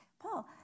Paul